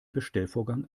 bestellvorgang